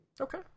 Okay